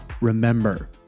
remember